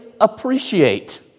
appreciate